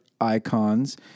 icons